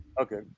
okay